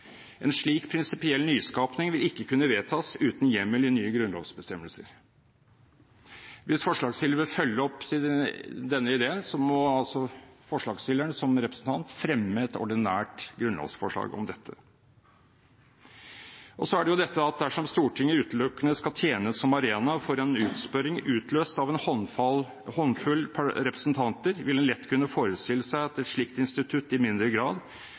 En slik prinsipiell nyskaping vil ikke kunne vedtas uten hjemmel i nye grunnlovsbestemmelser. Hvis forslagstilleren vil følge opp denne ideen, må han som representant fremme et ordinært grunnlovsforslag om dette. Dersom Stortinget utelukkende skal tjene som arena for en utspørring, utløst av en håndfull representanter, vil man lett kunne forestille seg at et slikt institutt i mindre grad